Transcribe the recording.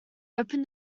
open